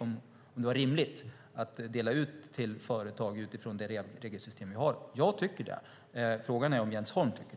om det var rimligt att dela ut till företag utifrån det regelsystem vi har. Jag tycker det. Frågan är om Jens Holm tycker det.